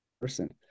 person